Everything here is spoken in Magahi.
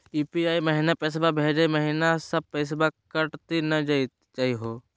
यू.पी.आई महिना पैसवा भेजै महिना सब पैसवा कटी त नै जाही हो?